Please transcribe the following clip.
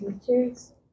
teachers